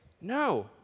No